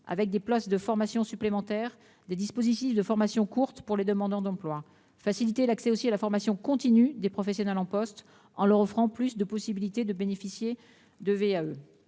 avec des places de formation supplémentaires, des dispositifs de formation courte pour les demandeurs d'emploi. Il s'agit également de faciliter l'accès à la formation continue des professionnels en poste, en leur offrant plus de possibilités de bénéficier de la